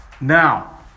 Now